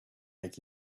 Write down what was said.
make